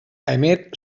emet